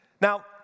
Now